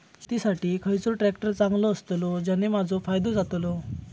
शेती साठी खयचो ट्रॅक्टर चांगलो अस्तलो ज्याने माजो फायदो जातलो?